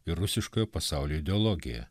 ir rusiškojo pasaulio ideologija